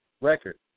record